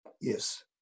yes